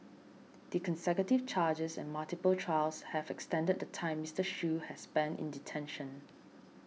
the consecutive charges and multiple trials have extended the time Mister Shoo has spent in detention